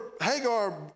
Hagar